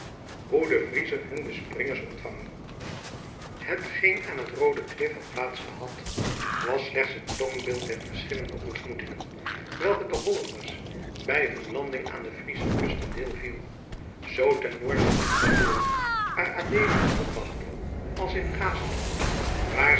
de friezen hun bespringers ontvangen hetgeen aan het roode klif had plaats gehad was slechts een toonbeeld der verschillende ontmoetingen welke den hollanders bij hun landing aan de friesche kust ten deel viel zoo ten noorden van stavoren waar adeelen hen opwachtte als in gaasterland waar